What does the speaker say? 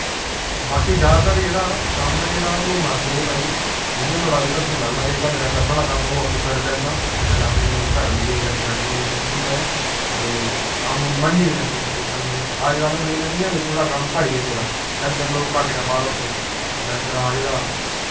बाकी ज्यादातर जेह्ड़ा कम्म ऐ जेह्ड़ा ओह् मर्दें भाई जि'यां नोह्ड़ा जेह्का तुसें लगदा कि जेह्का मेरा करने आह्ला कम्म ऐ ओह् आपूं करी लैंदा ते कन्नै अपनी घरै आह्लिये जां जनानिये बी सौंपूदा ऐ ते कम्म मन्नी बी लैंदे भाई करने अज्जकल हून इयां बी थोह्ड़ा कम्म घटी ऐ गेदा डंगर लोक घट्ट गै पाला दे डंगरा दा जेह्ड़ा